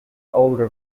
older